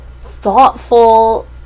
thoughtful